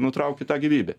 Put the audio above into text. nutrauki tą gyvybę